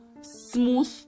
smooth